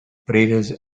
potatoes